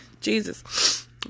Jesus